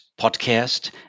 podcast